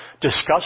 discuss